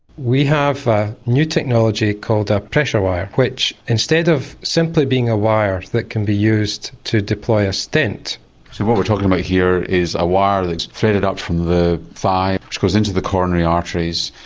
we have a new technology called a a pressure wire which instead of simply being a wire that can be used to deploy a stent. so what we're talking about here is a wire that's threaded up from the thigh, which goes into the coronary arteries.